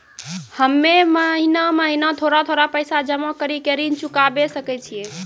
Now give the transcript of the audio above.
हम्मे महीना महीना थोड़ा थोड़ा पैसा जमा कड़ी के ऋण चुकाबै सकय छियै?